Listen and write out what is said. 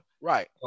right